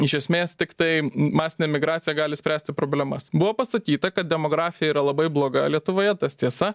iš esmės tiktai masinė migracija gali spręsti problemas buvo pasakyta kad demografija yra labai bloga lietuvoje tas tiesa